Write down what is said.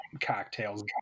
cocktails